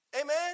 Amen